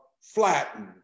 flattened